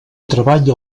treballa